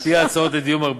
על-פי ההצעות לדיון,